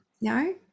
No